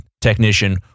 technician